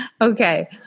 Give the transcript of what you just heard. Okay